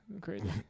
crazy